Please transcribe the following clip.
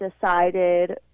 decided